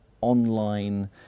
online